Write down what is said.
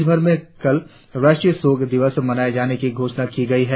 देशभर में कल राष्ट्रीय शोक दिवस मनाये जाने की घोषणा की गई है